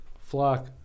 Flock